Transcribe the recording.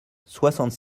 soixante